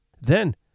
Then